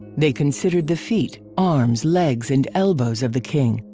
they considered the feet, arms, legs, and elbows of the king.